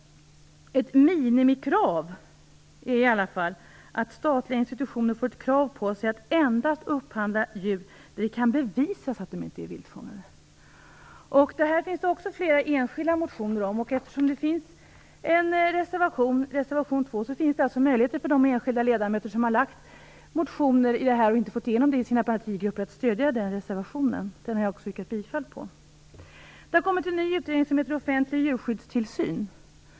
Ett minimikrav är i alla fall att statliga institutioner får ett krav på sig att upphandla djur endast där det kan bevisas att de inte är viltfångade. Det har väckts flera enskilda motioner om detta. Eftersom detta tas upp i reservation 2 finns det möjlighet för de ledamöter som har väckt motioner om detta och inte fått igenom sina krav i sina partigrupper att stödja denna reservation. Denna reservation har jag också yrkat bifall till. Det har kommit en ny utredning som heter Offentlig djurskyddstillsyn.